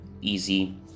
easy